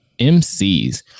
mcs